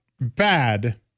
bad